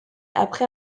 après